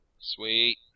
Sweet